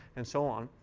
and so on.